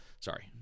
Sorry